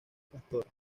pastor